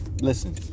Listen